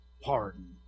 pardon